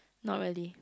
not really